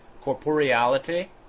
corporeality